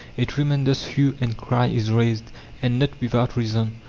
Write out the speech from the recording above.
a tremendous hue and cry is raised and not without reason.